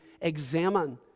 examine